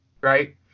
right